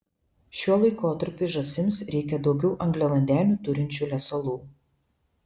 šiuo laikotarpiu žąsims reikia daugiau angliavandenių turinčių lesalų